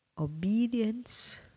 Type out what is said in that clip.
obedience